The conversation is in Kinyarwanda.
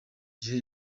gihe